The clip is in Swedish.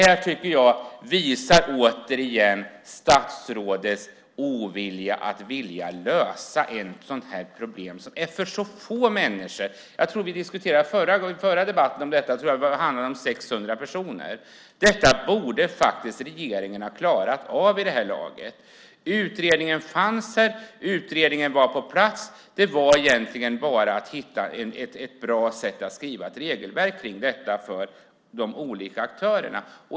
Jag tycker att detta återigen visar statsrådets ovilja att lösa ett sådant här problem, som gäller så få människor. Jag tror att vi diskuterade detta i den förra debatten. Det handlar om 600 personer. Det borde faktiskt regeringen ha klarat av vid det här laget. Utredningen fanns här. Den var på plats. Det gällde bara att skriva ett bra regelverk för de olika aktörerna.